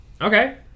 Okay